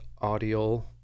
audio